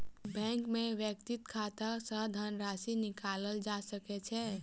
bank में व्यक्तिक खाता सॅ धनराशि निकालल जा सकै छै